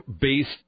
based